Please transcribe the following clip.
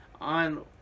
on